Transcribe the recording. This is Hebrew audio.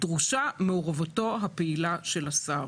דרושה מעורבותו הפעילה של השר".